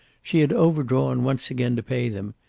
she had over-drawn once again to pay them,